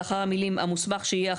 לאחר המילים "המוסמך שיהיה אחראי",